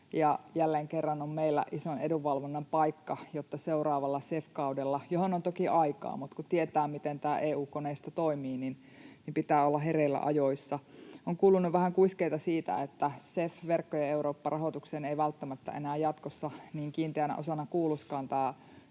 jälleen kerran on meillä ison edunvalvonnan paikka seuraavalla CEF-kaudella — johon on toki aikaa, mutta kun tietää, miten tämä EU-koneisto toimii, niin pitää olla hereillä ajoissa. On kuulunut vähän kuiskeita siitä, että CEF- eli Verkkojen Eurooppa ‑rahoitukseen ei välttämättä enää jatkossa niin kiinteänä osana kuuluisikaan tämä